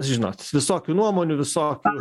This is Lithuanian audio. žinot visokių nuomonių visokių